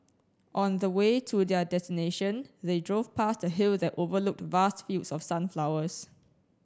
on the way to their destination they drove past the hill that overlooked vast fields of sunflowers